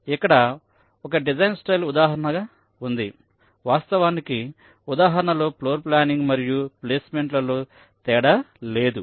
ఇక్కడ ఒక design style ఉదాహరణ ఉంది వాస్తవానికి ఉదాహరణలో ఫ్లోర్ ప్లానింగ్ మరియు ప్లేస్ మెంట్ లలో తేడా లేదు